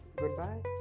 goodbye